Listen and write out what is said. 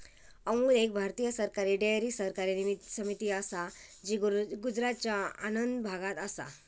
अमूल एक भारतीय सरकारी डेअरी सहकारी समिती असा जी गुजरातच्या आणंद भागात असा